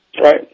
Right